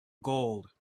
gold